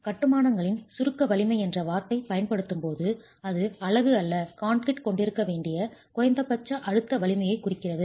கட்டுமானங்களின் சுருக்க வலிமை என்ற வார்த்தை பயன்படுத்தப்படும்போது அது அலகு அல்லது கான்கிரீட் கொண்டிருக்க வேண்டிய குறைந்தபட்ச அழுத்த வலிமையைக் குறிக்கிறது